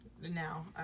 now